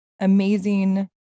amazing